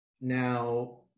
now